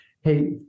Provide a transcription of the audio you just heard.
hey